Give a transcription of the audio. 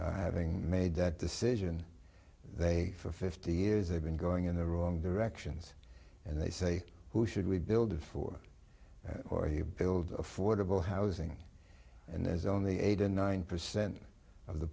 involved having made that decision they for fifty years have been going in the wrong directions and they say who should we build for or he build affordable housing and there's only eight or nine percent of the